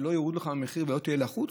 כדי שלא יורידו במחיר ולא תהיה לחוץ,